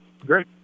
great